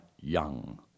young